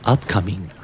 Upcoming